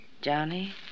Johnny